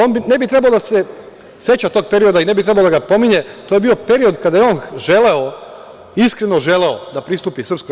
On ne bi trebalo da se seća tog perioda i ne bi trebao da ga pominje, jer to je bio period kada je on iskreno želeo da pristupi SNS.